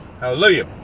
hallelujah